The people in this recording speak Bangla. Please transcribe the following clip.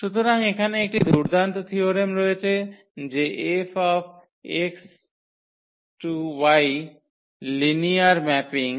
সুতরাং এখানে একটি দুর্দান্ত থিয়োরেম রয়েছে যে 𝐹 X → Y লিনিয়ার ম্যাপিং